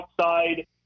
outside